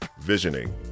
visioning